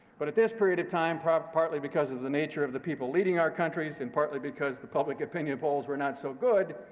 but at this period of time, partly because of the nature of the people leading our countries, and partly because the public opinion polls were not so good,